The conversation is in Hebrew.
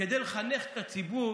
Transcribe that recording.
כדי לחנך את הציבור